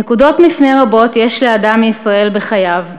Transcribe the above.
נקודות מפנה רבות יש לאדם מישראל בחייו,